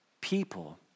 people